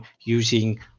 using